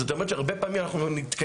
אז זאת אומרת שהרבה פעמים אנחנו נתקלים